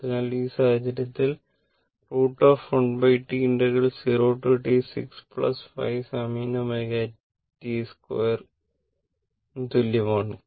അതിനാൽ ഈ സാഹചര്യത്തിൽ 1T0T65sin ω t2 ന് തുല്യമാണ്